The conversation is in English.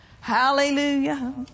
Hallelujah